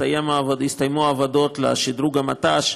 יסתיימו העבודות לשדרוג המט"ש,